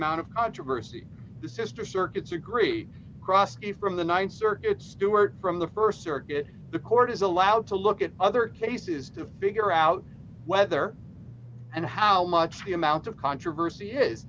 amount of controversy the sister circuits agree crossed the from the th circuit stuart from the st circuit the court is allowed to look at other cases to figure out whether and how much the amount of controversy is